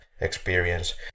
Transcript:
experience